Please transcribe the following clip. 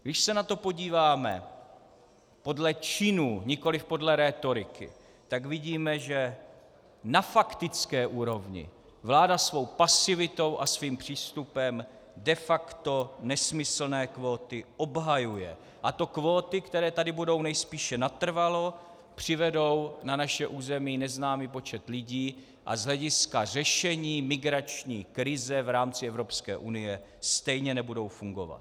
Když se na to podíváme podle činů, nikoli podle rétoriky, tak vidíme, že na faktické úrovni vláda svou pasivitou a svým přístupem de facto nesmyslné kvóty obhajuje, a to kvóty, které tady budou nejspíše natrvalo, přivedou na naše území neznámý počet lidí a z hlediska řešení migrační krize v rámci Evropské unie stejně nebudou fungovat.